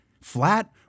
Flat